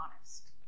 honest